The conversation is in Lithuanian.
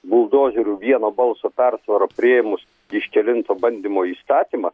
buldozeriu vieno balso persvara priėmus iš kelinto bandymo įstatymą